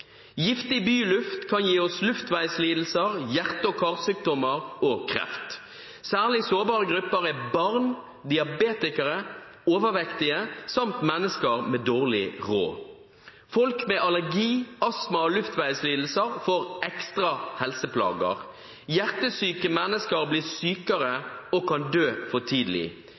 Giftig byluft kan gi oss luftveislidelser, hjerte- og karsykdommer og kreft. Særlig sårbare grupper er barn, diabetikere, overvektige samt mennesker med dårlig råd. Folk med allergi, astma og luftveislidelser får ekstra helseplager. Hjertesyke mennesker blir sykere